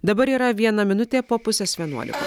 dabar yra viena minutė po pusės vienuolikos